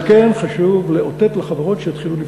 על כן חשוב לאותת לחברות שיתחילו לפעול.